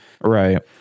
Right